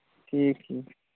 ٹھیٖک ٹھیٖک